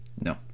No